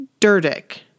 Durdick